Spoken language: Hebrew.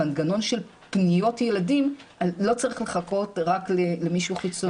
המנגנון של פנימיות ילדים לא צריך לחכות רק למישהו חיצוני.